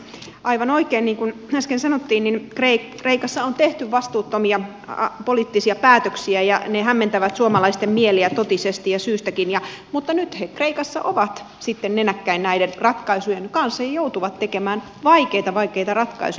aivan oikein niin kuin äsken sanottiin kreikassa on tehty vastuuttomia poliittisia päätöksiä ja ne hämmentävät suomalaisten mieliä totisesti ja syystäkin mutta nyt he kreikassa ovat sitten nenäkkäin näiden ratkaisujen kanssa ja joutuvat tekemään vaikeita vaikeita ratkaisuja